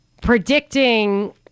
predicting